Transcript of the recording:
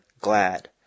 glad